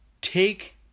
Take